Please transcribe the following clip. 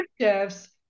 shifts